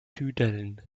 tüdeln